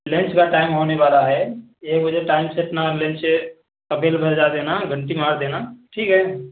lunch का time होने वाला है एक बजे टाइम से अपना लंच का बेल बजा देना घंटी मार देना ठीक है